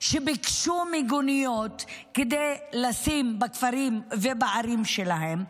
שביקשו מיגוניות כדי לשים בכפרים ובערים שלהם,